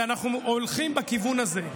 ואנחנו הולכים בכיוון הזה.